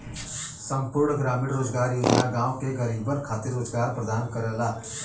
संपूर्ण ग्रामीण रोजगार योजना गांव के गरीबन खातिर रोजगार प्रदान करला